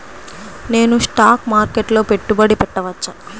నేను స్టాక్ మార్కెట్లో పెట్టుబడి పెట్టవచ్చా?